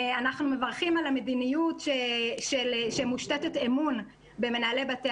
אנחנו מברכים על המדיניות שמושתתת אמון במנהלי בתי